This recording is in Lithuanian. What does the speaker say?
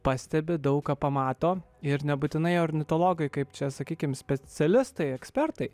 pastebi daug ką pamato ir nebūtinai ornitologai kaip čia sakykim specialistai ekspertai